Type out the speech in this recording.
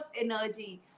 energy